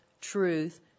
truth